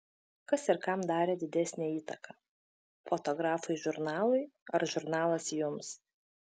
kas ir kam darė didesnę įtaką fotografai žurnalui ar žurnalas jums